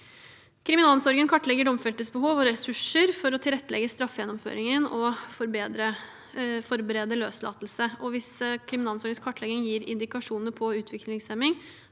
Kriminalomsorgen kartlegger domfeltes behov og ressurser for å tilrettelegge straffegjennomføringen og forberede løslatelse. Hvis kriminalomsorgens kartlegging gir indikasjoner på utviklingshemming,